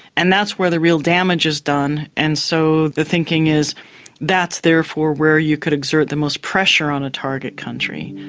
and that's where the real damage is done. and so the thinking is that's therefore where you could exert the most pressure on a target country.